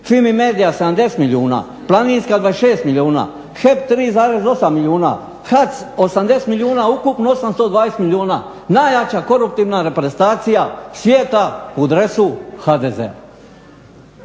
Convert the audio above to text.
FIMI MEDIA 70 milijuna, Planinska 26 milijuna, HEP 3,8 milijuna, HAC 80 milijuna ukupno 820 milijuna. Najjača koruptivna reprezentacija svijeta u dresu HDZ-a.